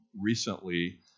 recently